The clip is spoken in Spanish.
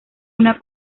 una